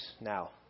now